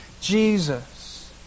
jesus